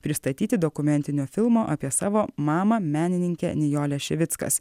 pristatyti dokumentinio filmo apie savo mamą menininkę nijolę šivickas